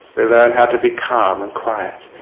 we learn how to be calm and quiet